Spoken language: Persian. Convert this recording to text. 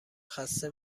خسته